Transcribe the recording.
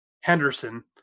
henderson